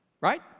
Right